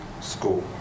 School